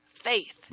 faith